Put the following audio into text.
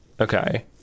okay